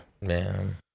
Man